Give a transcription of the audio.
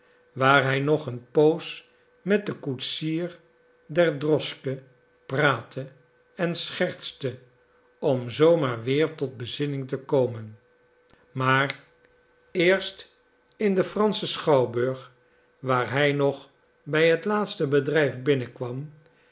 waar hij nog een poos met den koetsier der droschke praatte en schertste om zoo maar weer tot bezinning te komen maar eerst in den franschen schouwburg waar hij nog bij het laatste bedrijf binnenkwam